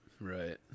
Right